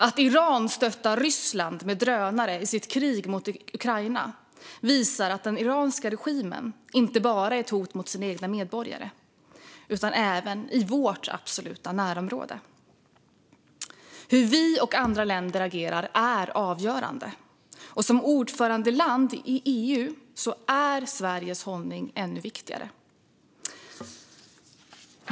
Att Iran stöttar Ryssland med drönare i kriget mot Ukraina visar att den iranska regimen inte bara är ett hot mot sina egna medborgare utan också mot vårt absoluta närområde. Hur vi och andra länder agerar är avgörande, och som ordförandeland i EU är Sveriges hållning ännu viktigare.